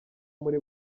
muri